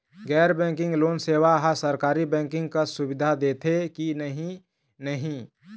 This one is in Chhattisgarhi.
गैर बैंकिंग लोन सेवा हा सरकारी बैंकिंग कस सुविधा दे देथे कि नई नहीं?